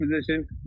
position